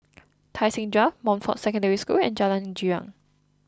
Tai Seng Drive Montfort Secondary School and Jalan Girang